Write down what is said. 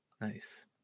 Nice